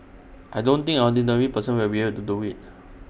I don't think any ordinary person will be able to do IT